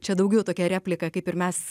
čia daugiau tokia replika kaip ir mes